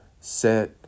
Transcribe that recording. set